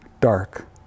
dark